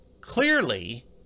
clearly